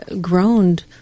groaned